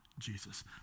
Jesus